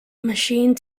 machine